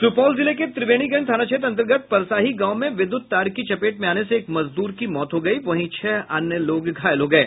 सुपौल जिले के त्रिवेणीगंज थाना क्षेत्र अन्तर्गत परसाही गांव में विद्युत तार की चपेट में आने से एक मजदूर की मौत हो गई वहीं छह अन्य लोग घायल हो गये